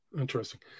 Interesting